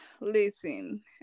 listen